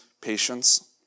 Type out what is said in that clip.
patience